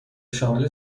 شامل